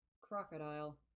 crocodile